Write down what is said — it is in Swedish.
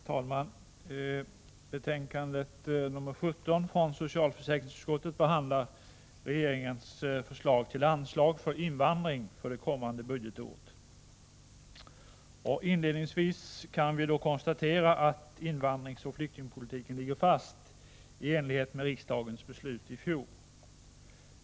Herr talman! I betänkande 17 från socialförsäkringsutskottet behandlas regeringens förslag till anslag för invandring för det kommande budgetåret. Inledningsvis kan vi konstatera att den nuvarande invandringsoch flyktingpolitiken ligger fast i enlighet med riksdagens beslut i fjol.